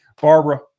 Barbara